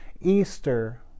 Easter